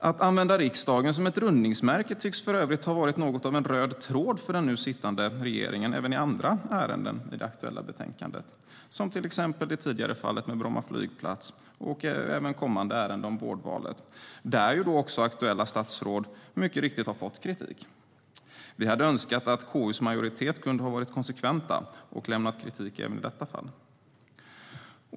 Att använda riksdagen som ett rundningsmärke tycks för övrigt ha varit något av en röd tråd för den nu sittande regeringen även i andra ärenden i det aktuella betänkandet, till exempel i det tidigare fallet med Bromma flygplats och kommande ärende om vårdvalet, där aktuella statsråd alltså också mycket riktigt har fått kritik. Vi hade önskat att KU:s majoritet kunde varit konsekvent och lämnat kritik även i detta fall.